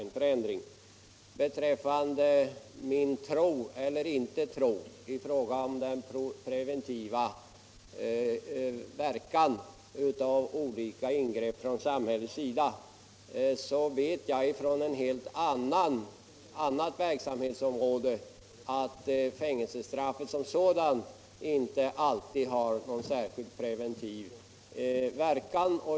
När det gäller att tro eller inte tro på den preventiva verkan av olika ingrepp från samhällets sida, så vet jag från ett helt annat verksamhetsområde att fängelsestraffet som sådant inte alltid har någon särskilt preventiv verkan.